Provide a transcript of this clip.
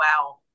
wow